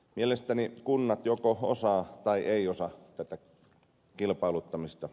mielestäni kunnat joko osaavat tai eivät osaa kilpailuttamista